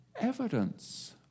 evidence